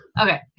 Okay